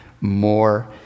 more